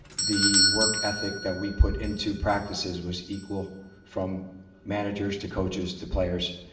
the work ethic that we put into practices was equal from managers to coaches to players.